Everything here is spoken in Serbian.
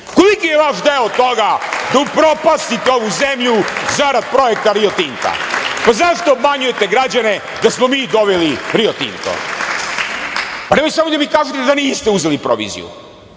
Koliki je vaš deo toga da upropastite ovu zemlju zarad projekta Rio Tinta? Zašto obmanjujete građane da smo mi doveli Rio Tinto? Pa, nemojte samo da mi kažete da niste uzeli proviziju.